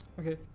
Okay